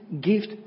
gift